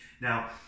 Now